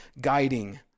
guiding